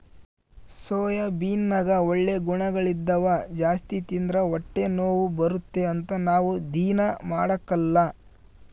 ಸೋಯಾಬೀನ್ನಗ ಒಳ್ಳೆ ಗುಣಗಳಿದ್ದವ ಜಾಸ್ತಿ ತಿಂದ್ರ ಹೊಟ್ಟೆನೋವು ಬರುತ್ತೆ ಅಂತ ನಾವು ದೀನಾ ಮಾಡಕಲ್ಲ